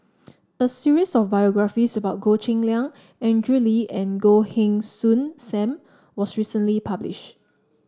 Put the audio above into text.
a series of biographies about Goh Cheng Liang Andrew Lee and Goh Heng Soon Sam was recently published